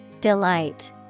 Delight